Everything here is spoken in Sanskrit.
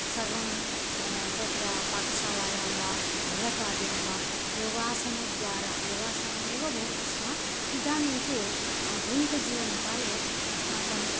सर्वं तत्र पाकशालायां वा गृहकार्यं वा योगासनद्वारा योगासनमेव भवति स्म इदानीं तु आधुनिकजीवनकाले अस्माकं